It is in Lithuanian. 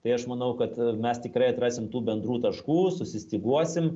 tai aš manau kad mes tikrai atrasim tų bendrų taškų susistyguosim